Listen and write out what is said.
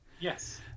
Yes